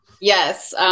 Yes